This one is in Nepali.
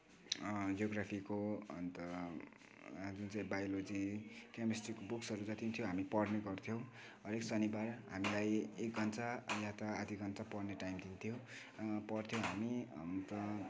जोग्राफीको अन्त जुन चाहिँ बायोलोजी क्यमेस्ट्रीको बुक्सहरू जति पनि थियो हामी पढ्ने गर्थ्यौँ हरेक शनिवार हामीलाई एक घन्टा या त आधी घन्टा पढ्ने टाइम दिन्थ्यो पढ्थ्यौँ हामी अन्त